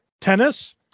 tennis